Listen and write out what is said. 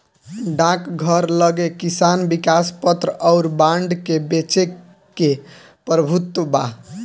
डाकघर लगे किसान विकास पत्र अउर बांड के बेचे के प्रभुत्व बा